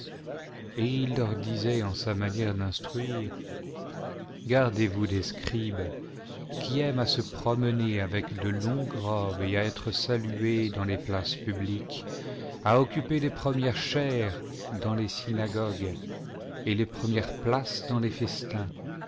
et il leur disait en sa manière d'instruire gardezvous des scribes qui aiment à se promener avec de longues robes et à être salués dans les places publiques a occupé les premières chaires dans les synagogues et les premières places dans les festins